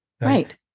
right